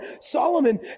Solomon